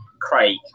Craig